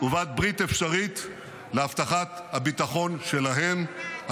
ובעלת ברית אפשרית להבטחת הביטחון שלהן,